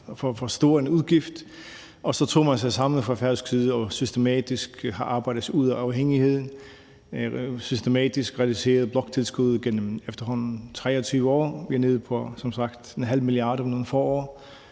for stor en udgift. Så tog man sig sammen fra færøsk side og har systematisk arbejdet sig ud af afhængigheden. Man har systematisk reduceret bloktilskuddet gennem efterhånden 23 år. Vi er som sagt nede på 0,5 mia. kr. om nogle få år.